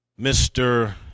Mr